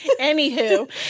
anywho